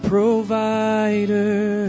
Provider